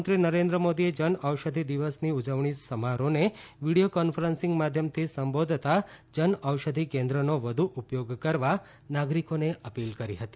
પ્રધાનમંત્રી નરેન્દ્ર મોદીએ જનૌષધિ દિવસની ઉજવણી સમારોહને વીડિયો કોન્ફરન્સિંગ માધ્યમથી સંબોધતા જનૌષધિ કેન્દ્રનો વધુ ઉપયોગ કરવા નાગરિકોને અપીલ કરી હતી